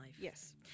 yes